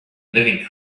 living